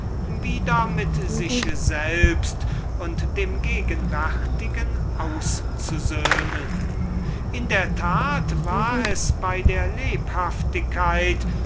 wieder mit sich selbst und dem gegenwärtigen auszusöhnen in der tat war es bei der lebhaftigkeit